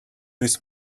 this